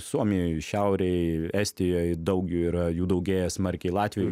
suomijoj šiaurėj estijoj daug jų yra jų daugėja smarkiai latvijoj